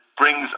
brings